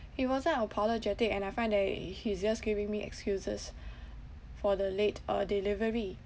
he wasn't apologetic and I find that he's just giving me excuses for the late uh delivery